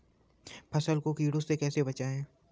फसल को कीड़ों से कैसे बचाएँ?